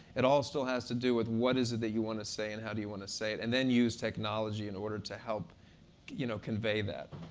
it also has to do with, what is it that you want to say and how do you want to say it? and then, use technology in order to help you know convey that.